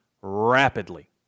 rapidly